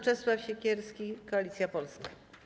Poseł Czesław Siekierski, Koalicja Polska.